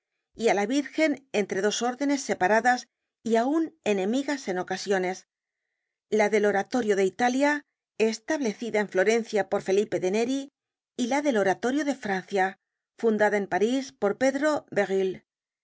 á la virgen entre dos órdenes separadas y aun enemigas en ocasiones la del oratorio de italia establecida en florencia por felipe de neri y la del oratorio de francia fundada en parís por pedro